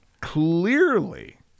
clearly